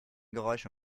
geräusche